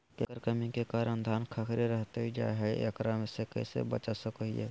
केकर कमी के कारण धान खखड़ी रहतई जा है, एकरा से कैसे बचा सको हियय?